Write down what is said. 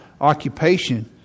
occupation